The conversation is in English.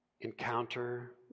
encounter